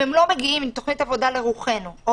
אם הן לא מגיעות עם תוכנית עבודה לרוחנו או